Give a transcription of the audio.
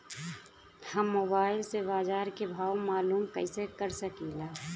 हम मोबाइल से बाजार के भाव मालूम कइसे कर सकीला?